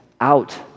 out